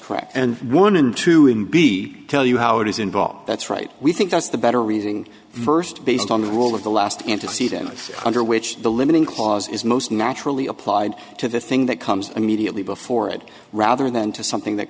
correct and one and two in b tell you how it is involved that's right we think that's the better reason versed based on the rule of the last antecedent under which the limiting cause is most naturally applied to the thing that comes immediately before it rather than to something that